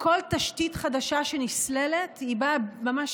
כל תשתית חדשה שנסללת באה,